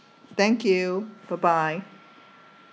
thank you bye bye